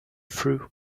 through